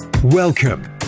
Welcome